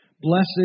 Blessed